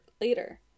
later